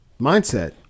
mindset